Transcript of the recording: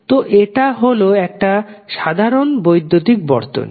তো এটা হল একটা সাধারণ বৈদ্যুতিক বর্তনী